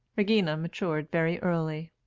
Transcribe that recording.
regina matured very early.